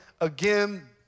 again